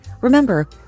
Remember